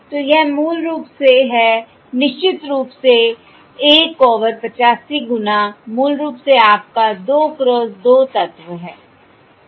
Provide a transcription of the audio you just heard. तो यह मूल रूप से है निश्चित रूप से 1 ओवर 85 गुना मूल रूप से आपका 2 क्रॉस 2 तत्व है ठीक है